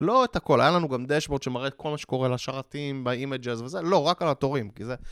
לא את הכל, היה לנו גם דשבורד שמראה כל מה שקורה לשרתים, באימג'אז וזה, לא, רק על התורים, כי זה...